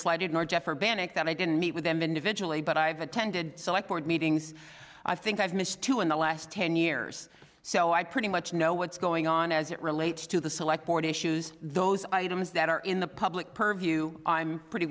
that i didn't meet with them individually but i've attended select board meetings i think i've missed two in the last ten years so i pretty much know what's going on as it relates to the select board issues those items that are in the public purview i'm pretty